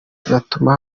rizatuma